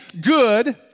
good